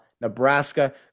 Nebraska